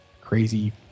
crazy